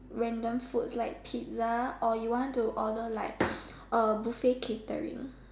random foods like pizza or you want to order like uh buffet catering